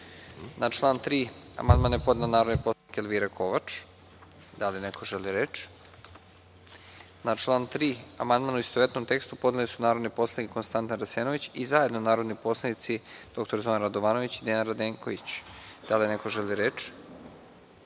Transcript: član 3. amandman je podneo narodni poslanik Elvira Kovač. Da li neko želi reč? (Ne)Na član 3. amandman u istovetnom tekstu podneli su narodni poslanici Konstantin Arsenović i zajedno narodni poslanici dr Zoran Radovanović i Dejan Radenković. Da li neko želi reč?